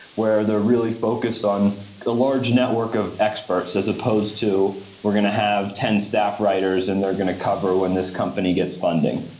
where they're really focused on a large network of experts, as opposed to we're going to have ten staff writers and they're going to cover when this company gets funding,